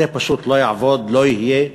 זה פשוט לא יעבוד, לא יהיה,